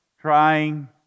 trying